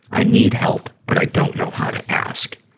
i need help, but i don't know how to ask.